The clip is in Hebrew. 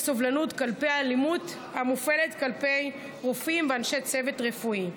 סובלנות כלפי אלימות המופעלת כלפי רופאים ואנשי צוות רפואי.